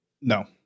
no